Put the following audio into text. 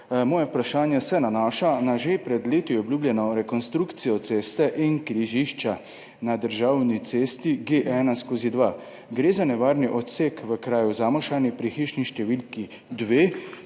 moje vprašanje se nanaša na že pred leti obljubljeno rekonstrukcijo ceste in križišča na državni cesti G1/2. Gre za nevarni odsek v kraju Zamušani pri hišni številki 2.